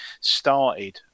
started